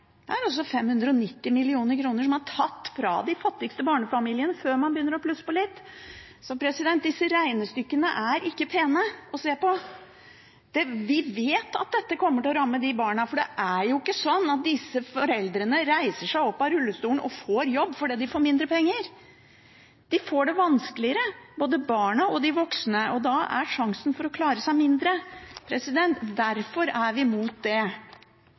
Det er altså 590 mill. kr som er tatt fra de fattigste barnefamiliene – før man begynner å plusse på litt. Disse regnestykkene er ikke pene å se på. Vi vet at dette kommer til å ramme barna, for det er jo ikke sånn at disse foreldrene reiser seg opp av rullestolen og får jobb fordi de får mindre penger. De får det vanskeligere, både barna og de voksne, og da er sjansen for å klare seg mindre. Derfor er vi imot det.